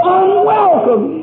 unwelcome